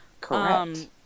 Correct